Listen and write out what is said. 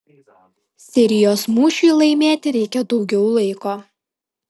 sirijos mūšiui laimėti reikia daugiau laiko